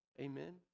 Amen